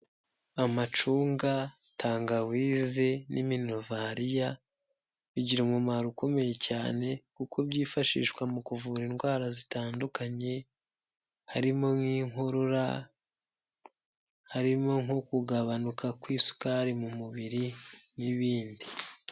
Amacunga, tangawize n'iminuvariya bigira umumaro ukomeye cyane kuko byifashishwa mu kuvura indwara zitandukanye harimo nk'inkorora, harimo nko kugabanuka kw'isukari mu mubiri n'ibindi.